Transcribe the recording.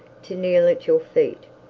to kneel at your feet,